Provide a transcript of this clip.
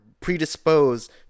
predisposed